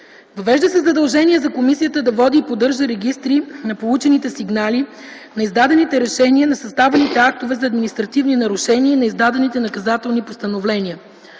Въвежда се задължение за комисията да води и поддържа регистри на получените сигнали, на издадените решения, на съставените актове за административни нарушения и на издадените наказателни постановления.